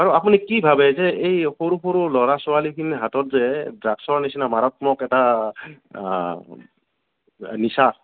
বাৰু আপুনি কি ভাৱে যে এই সৰু সৰু ল'ৰা ছোৱালীখিনিৰ হাতত যে ড্ৰাগছৰ নিচিনা মাৰাত্মক এটা নিচা